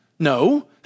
No